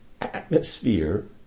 atmosphere